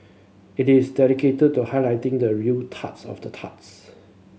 it is dedicated to highlighting the real turds of turds